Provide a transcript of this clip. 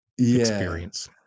experience